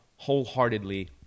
Wholeheartedly